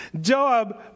Joab